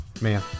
Man